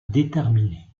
déterminer